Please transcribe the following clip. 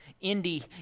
Indy